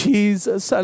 Jesus